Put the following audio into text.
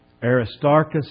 Aristarchus